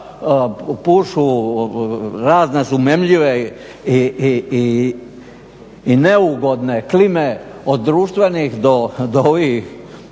pušu razna … i neugodne klime, od društvenih do ovih